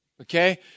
okay